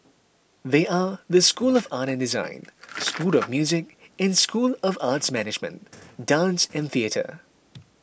they are the school of art and design school of music and school of arts management dance and theatre